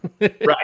Right